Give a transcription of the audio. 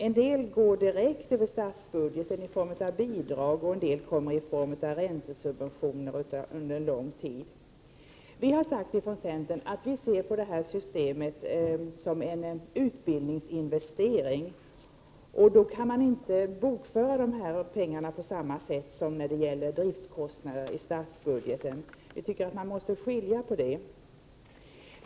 En del kostnader täcks direkt över statsbudgeten i form av bidrag och en del täcks av räntesubventioner under en lång tid. Vi har från centerns sida sagt att vi ser studielönesystemet som en utbildningsinvestering, och då kan man inte bokföra de pengarna på samma sätt som när det gäller driftskostnader i statsbudgeten. Vi anser att man måste skilja på detta.